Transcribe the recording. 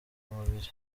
mubiri